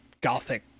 gothic